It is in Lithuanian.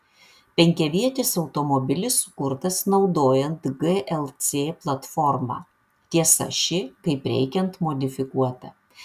penkiavietis automobilis sukurtas naudojant glc platformą tiesa ši kaip reikiant modifikuota